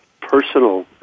personal